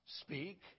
speak